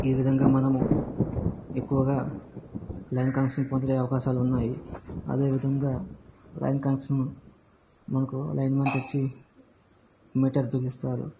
ఈ విధంగా మనము ఎక్కువగా లైన్ కనెక్షన్ పొందే అవకాశాలు ఉన్నాయి అదే విధముగా లైన్ కనెక్షన్ మనకు లైన్ మ్యాన్ కి ఇచ్చి మీటర్ బిగిస్తారు